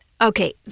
okay